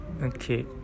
Okay